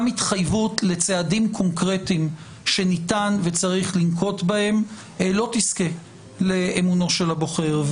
התחייבות לצעדים קונקרטיים שניתן וצריך לנקוט לא תזכה לאמונו של הבוחר.